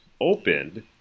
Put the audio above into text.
opened